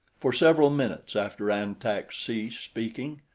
for several minutes after an-tak ceased speaking,